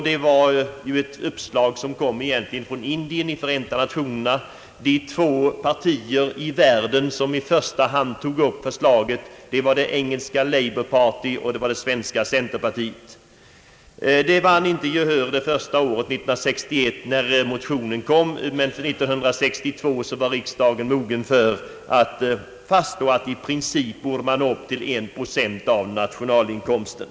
Det uppslaget kom egentligen från Indien i Förenta Nationerna, och de två politiska partier i världen som först tog upp förslaget var det engelska Labour party och det svenska centerpartiet. Det vann inte gehör 1961, när motionen väcktes, men 1962 var riksdagen mogen för att fastslå att man i princip borde nå upp till en procent av nationalinkomsten.